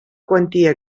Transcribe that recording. quantia